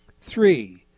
Three